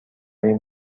این